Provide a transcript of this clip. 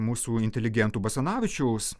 mūsų inteligentų basanavičiaus